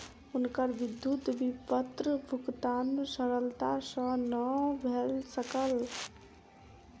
हुनकर विद्युत विपत्र भुगतान सरलता सॅ नै भ सकल